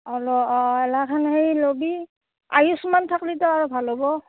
অঁ এলাখান সেই ল'বি আয়ুষ্মান থাকিলেতো আৰু ভাল হ'ব